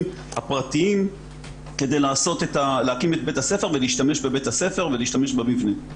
הפרטיים כדי להקים את בית הספר ולהשתמש במבנה.